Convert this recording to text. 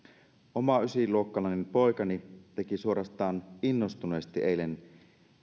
oma ysiluokkalainen poikani teki suorastaan innostuneesti eilen